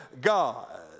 God